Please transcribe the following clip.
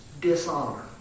dishonor